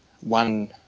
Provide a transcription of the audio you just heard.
one